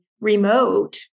remote